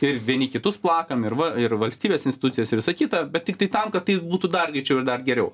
ir vieni kitus plakam ir va ir valstybės institucijas ir visa kita bet tiktai tam kad tai būtų dar greičiau ir dar geriau